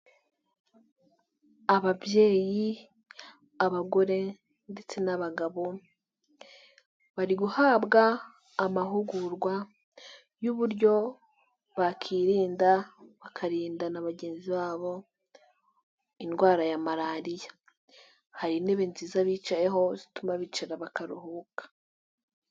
Ababyeyi, abagore ndetse n'abagabo bari guhabwa amahugurwa y'uburyo bakirinda bakarinda na bagenzi babo indwara ya malariya hari intebe nziza bicayeho zituma bicara bakaruhuka.